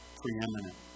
preeminent